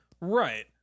Right